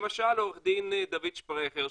למשל עורך-דין דוד שפרגר,